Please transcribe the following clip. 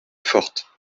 forte